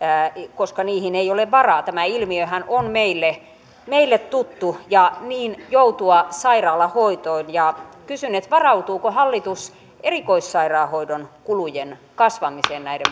koska niihin ei ole varaa tämä ilmiöhän on meille meille tuttu ja niin joutua sairaalahoitoon kysyn varautuuko hallitus erikoissairaanhoidon kulujen kasvamiseen näiden